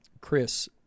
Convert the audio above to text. Chris